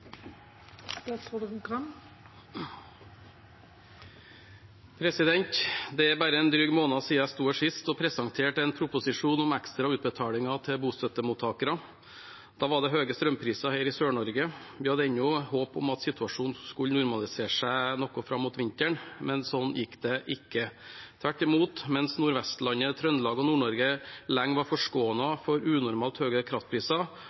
bare en drøy måned siden jeg sto her sist og presenterte en proposisjon om ekstra utbetaling til bostøttemottakerne. Da var det høye strømpriser her i Sør-Norge. Vi hadde ennå et håp om at situasjonen skulle normalisere seg fram mot vinteren, men slik gikk det ikke. Tvert imot, mens Nordvestlandet, Trøndelag og Nord-Norge lenge var forskånet for unormalt høye kraftpriser,